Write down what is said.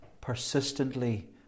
persistently